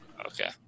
Okay